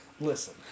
listen